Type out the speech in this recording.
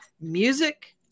music